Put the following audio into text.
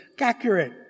accurate